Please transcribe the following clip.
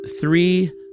three